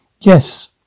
Yes